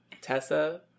Tessa